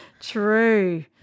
true